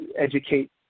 educate